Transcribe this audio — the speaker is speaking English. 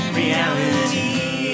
reality